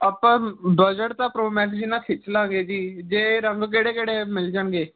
ਆਪਾਂ ਮ ਬਜਟ ਤਾਂ ਪਰੋ ਮੈਕਸ ਜਿਨ੍ਹਾਂ ਖਿੱਚ ਲਵਾਂਗੇ ਜੀ ਜੇ ਰੰਗ ਕਿਹੜੇ ਕਿਹੜੇ ਮਿਲ ਜਾਣਗੇ